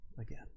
again